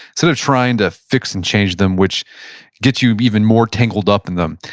instead of trying to fix and change them which gets you even more tangled up in them.